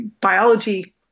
biology